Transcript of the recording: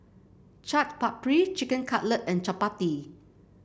Chaat Papri Chicken Cutlet and Chapati